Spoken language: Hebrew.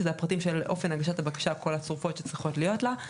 שזה הפרטים של אופן הגשת הבקשה על כל הצרופות שצריכות להיות לה.